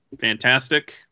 fantastic